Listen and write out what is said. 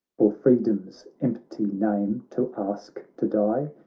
for freedom's empty name to ask to die!